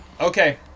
Okay